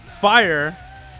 fire